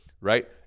right